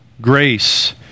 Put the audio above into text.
grace